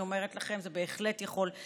אני אומרת לכם, זה בהחלט יכול לסייע.